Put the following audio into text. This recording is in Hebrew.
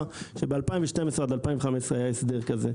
למשל ב- 2012-2015 היה הסדר כזה.